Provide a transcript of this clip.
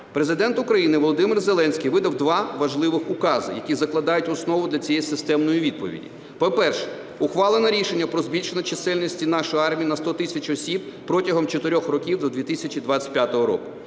Президент України Володимир Зеленський видав два важливих укази, які закладають основу для цієї системної відповіді. По-перше, ухвалено рішення про збільшення чисельності нашої армії на 100 тисяч осіб протягом чотирьох років до 2025 року.